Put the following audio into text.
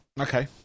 okay